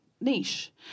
niche